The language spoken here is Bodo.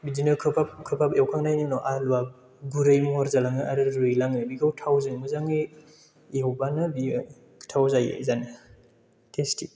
बिदिनो खोबहाब खोबहाब एवखांनायनि उनाव आलुआ गुरै महर जालाङो आरो रुइलाङो बिखौ थावजों मोजाङै एवबानो बियो गोथाव जायो जानो टेस्टि